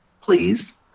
please